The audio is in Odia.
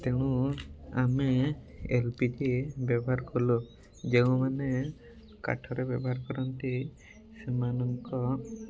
ତେଣୁ ଆମେ ଏଲ୍ ପି ଜି ବ୍ୟବହାର କଲୁ ଯେଉଁମାନେ କାଠର ବ୍ୟବହାର କରନ୍ତି ସେମାନଙ୍କ